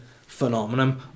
phenomenon